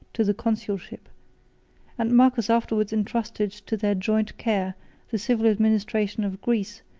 to the consulship and marcus afterwards intrusted to their joint care the civil administration of greece,